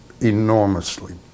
enormously